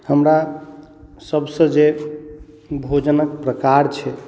हमरा सबसे जे भोजनक प्रकार छै